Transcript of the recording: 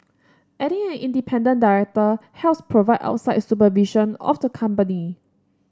adding an independent director helps provide outside supervision of the company